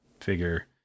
figure